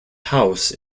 house